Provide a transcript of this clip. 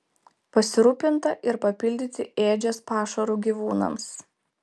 pasirūpinta ir papildyti ėdžias pašaru gyvūnams